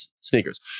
sneakers